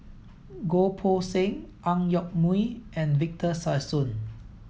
Goh Poh Seng Ang Yoke Mooi and Victor Sassoon